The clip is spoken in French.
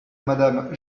madame